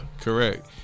Correct